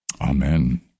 Amen